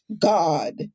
God